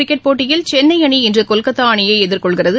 cricket போட்டியில் சென்னை அணி இன்று கொல்கத்தா அணியை எதிர்கொள்கிறது